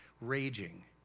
raging